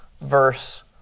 verse